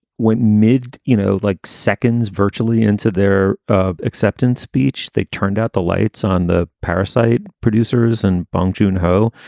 when mydd, you know, like seconds virtually into their acceptance speech, speech, they turned out the lights on the parasite producers and bong joon ho,